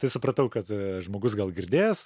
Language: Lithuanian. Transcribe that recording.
tai supratau kad žmogus gal girdėjęs